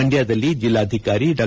ಮಂಡ್ನದಲ್ಲಿ ಜೆಲ್ಲಾಧಿಕಾರಿ ಡಾ